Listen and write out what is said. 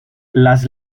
las